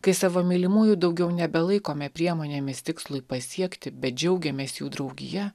kai savo mylimųjų daugiau nebelaikome priemonėmis tikslui pasiekti bet džiaugiamės jų draugija